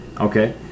okay